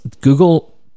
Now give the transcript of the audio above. Google